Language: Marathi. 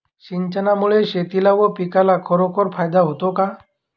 सिंचनामुळे शेतीला व पिकाला खरोखर फायदा होतो का?